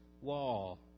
wall